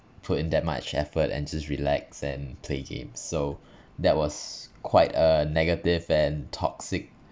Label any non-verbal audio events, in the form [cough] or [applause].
put in that much effort and just relax and play games so [breath] that was quite a negative and toxic